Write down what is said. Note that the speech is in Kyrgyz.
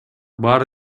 баары